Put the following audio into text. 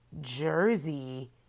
jersey